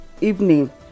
evening